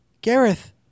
Gareth